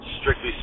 strictly